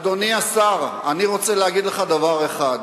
אדוני השר, אני רוצה להגיד לך דבר אחד: